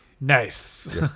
Nice